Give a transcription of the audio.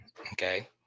Okay